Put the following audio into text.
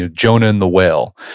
ah jonah and the whale.